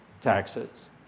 taxes